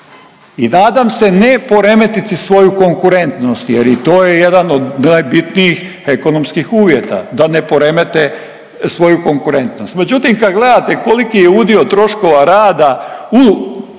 i nadam se ne poremetiti svoju konkurentnost jer i to je jedan od najbitnijih ekonomskih uvjeta da ne poremete svoju konkurentnost. Međutim, kad gledate koliki je udio troškova rada u